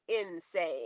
insane